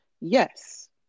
yes